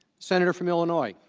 senator from illinois